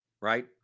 right